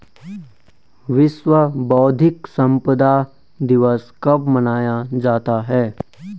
विश्व बौद्धिक संपदा दिवस कब मनाया जाता है?